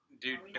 Dude